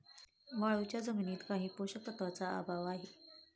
वाळूच्या जमिनीत काही पोषक तत्वांचा अभाव आहे